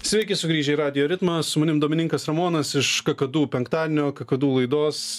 sveiki sugrįžę į radijo ritmą su manim domininkas ramonas iš kakadu penktadienio kakadu laidos